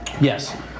yes